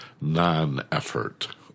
non-effort